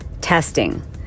testing